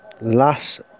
Las